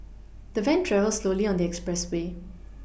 the van travelled slowly on the expressway